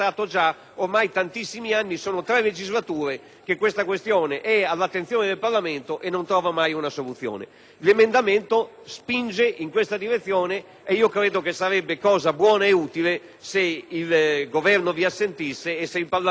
che la questione è all'attenzione del Parlamento, senza però trovare una soluzione. L'emendamento spinge in questa direzione e sarebbe cosa buona e utile se il Governo vi assentisse e se il Parlamento lo condividesse e lo approvasse.